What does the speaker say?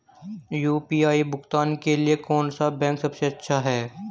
UPI भुगतान के लिए कौन सा बैंक सबसे अच्छा है?